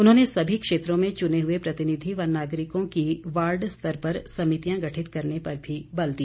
उन्होंने सभी क्षेत्रों में चुने हुए प्रतिनिधि व नागरिकों की वार्ड स्तर पर समितियां गठित करने पर भी बल दिया